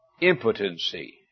impotency